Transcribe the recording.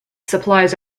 supplies